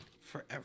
Forever